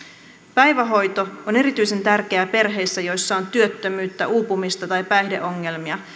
päivähoito on erityisen tärkeää perheissä joissa on työttömyyttä uupumista tai päihdeongelmia